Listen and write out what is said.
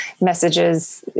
messages